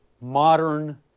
modern